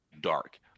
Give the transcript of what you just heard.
dark